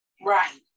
Right